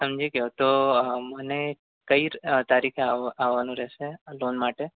સમજી ગયો તો મને કઈ તારીખે આવવાનું રહશે લોન માટે